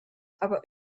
aber